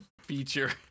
feature